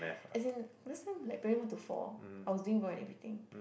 as in last time like primary one to four I was doing well in everything